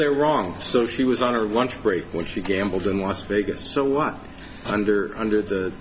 they're wrong so she was on her lunch break which she gambled in las vegas so a lot under under the